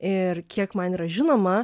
ir kiek man yra žinoma